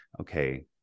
okay